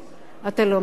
אתה לא מקבל.